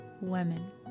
women